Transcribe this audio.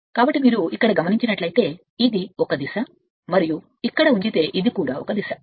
కాబట్టి మీరు ఇక్కడకు వచ్చారు అంటే మీరు చూస్తే ఇది ఒక దిశ అని మరియు మీరు ఇక్కడ ఉంచితే ఇది కూడా దిశ